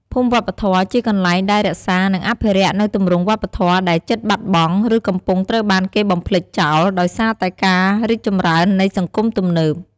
ភូមិវប្បធម៌ជាកន្លែងដែលរក្សា និងអភិរក្សនូវទម្រង់វប្បធម៌ដែលជិតបាត់បង់ ឬកំពុងត្រូវបានគេបំភ្លេចចោល ដោយសារតែការរីកចម្រើននៃសង្គមទំនើប។